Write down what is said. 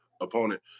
opponent